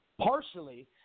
partially